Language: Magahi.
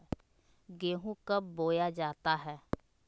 गेंहू कब बोया जाता हैं?